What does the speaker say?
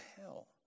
hell